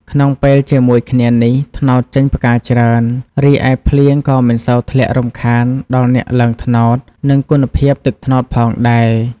ក្នុងពេលជាមួយគ្នានេះ ត្នោតចេញផ្កាច្រើន រីឯភ្លៀងក៏មិនសូវធ្លាក់រំខានដល់អ្នកឡើងត្នោត និងគុណភាពទឹកត្នោតផងដែរ។